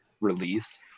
release